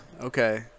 Okay